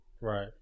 Right